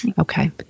Okay